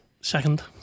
Second